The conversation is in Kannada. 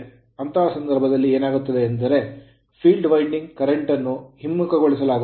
ಅಂತಹ ಸಂದರ್ಭದಲ್ಲಿ ಏನಾಗುತ್ತದೆ ಎಂದರೆ field winding field winding current ನ್ನು ಹಿಮ್ಮುಖಗೊಳಿಸಲಾಗುತ್ತದೆ